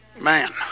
Man